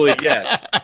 yes